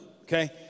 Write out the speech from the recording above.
okay